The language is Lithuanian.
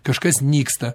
kažkas nyksta